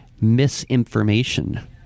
misinformation